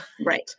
Right